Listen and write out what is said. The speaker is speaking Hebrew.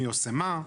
מי עושה מה.